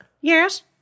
Yes